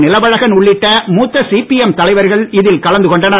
நிலவழகன் உள்ளிட்ட மூத்த சிபிஎம் தலைவர்கள் இதில் கலந்து கொண்டனர்